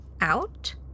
out